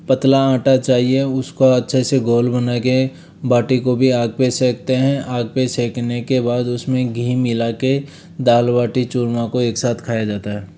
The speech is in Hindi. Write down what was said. पतला आटा चाहिए उसको अच्छे से घोल बना कर बाटी को भी आग पर सेंकते हैं आग पर सेंकने के बाद उसमें घी मिला कर दाल बाटी चूरमा को एक साथ खाया जाता है